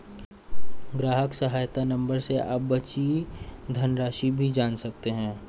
ग्राहक सहायता नंबर से आप बची धनराशि भी जान सकते हैं